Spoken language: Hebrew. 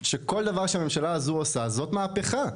שכל דבר שהממשלה הזו עושה זאת מהפכה.